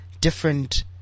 different